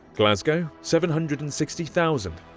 glasgow seven hundred and sixty thousand,